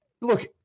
look